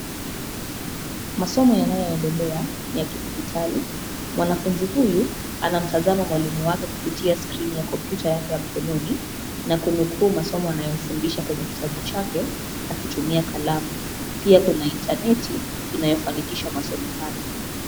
Masomo yanaoendelea ya kidigitali mwanafunzi huyu anamtazama mwalimu wake kupitia skreeni ya kompyuta yake mkononi na kunukuu masomo anayofundisha kwenye kitabu chake akitumia kalamu. Pia kuna intaneti inayofanikisha masomo hayo.